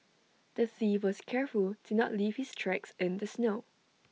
the thief was careful to not leave his tracks in the snow